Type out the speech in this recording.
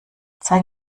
zeig